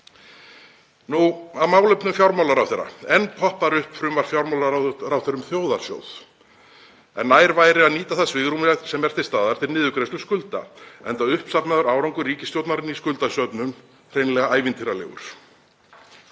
Nú að málefnum fjármálaráðherra. Enn poppar upp frumvarp fjármálaráðherra um þjóðarsjóð, en nær væri að nýta það svigrúm sem er til staðar til niðurgreiðslu skulda enda uppsafnaður árangur ríkisstjórnarinnar í skuldasöfnun hreinlega ævintýralegur.